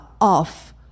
off